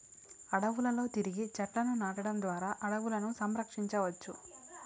అడవులలో తిరిగి చెట్లను నాటడం ద్వారా అడవులను సంరక్షించవచ్చు